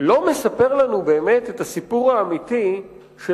לא מספר לנו באמת את הסיפור האמיתי של